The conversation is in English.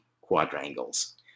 quadrangles